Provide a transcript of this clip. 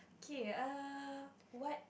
K err what